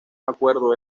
acuerdo